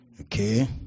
Okay